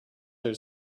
are